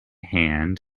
hand